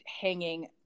hanging